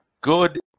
good